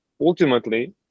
ultimately